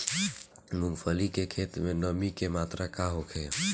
मूँगफली के खेत में नमी के मात्रा का होखे?